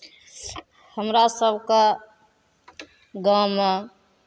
हमरा सभके गाँवमे